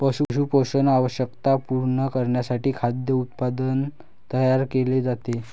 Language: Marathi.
पशु पोषण आवश्यकता पूर्ण करण्यासाठी खाद्य उत्पादन तयार केले जाते